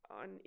on